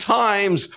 times